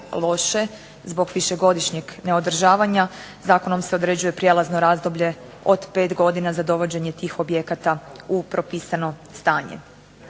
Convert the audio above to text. loše zbog višegodišnjeg neodržavanja zakonom se određuje prijelazno razdoblje od 5 godina za dovođenje tih objekata u propisano stanje.